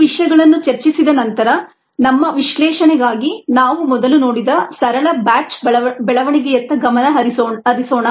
ಈ ವಿಷಯಗಳನ್ನು ಚರ್ಚಿಸಿದ ನಂತರ ನಮ್ಮ ವಿಶ್ಲೇಷಣೆಗಾಗಿ ನಾವು ಮೊದಲು ನೋಡಿದ ಸರಳ ಬ್ಯಾಚ್ ಬೆಳವಣಿಗೆಯತ್ತ ಗಮನ ಹರಿಸೋಣ